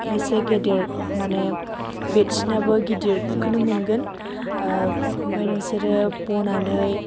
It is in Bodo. इसे गेदेर माने बेडशितआबो गिदिरखोनो मोनगोन ओमफ्राय नोंसोर बनानै